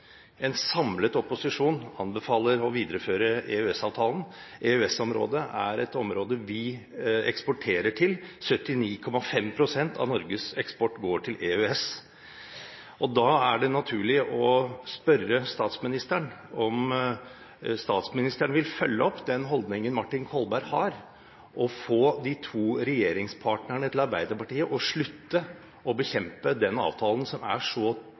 En samlet opposisjon anbefaler å videreføre EØS-avtalen. EØS-området er et område vi eksporterer til – 79,5 pst. av Norges eksport går til EØS. Da er det naturlig å spørre statsministeren om han vil følge opp den holdningen Martin Kolberg har, og få de to regjeringspartnerne til Arbeiderpartiet til å slutte å bekjempe den avtalen som er så